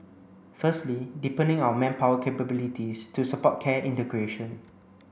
firstly deepening our manpower capabilities to support care integration